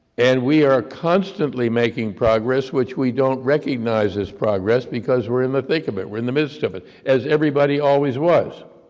and we are constantly making progress which we don't recognize as progress because we're in the thick of it, we're in the midst of it, as everybody always was.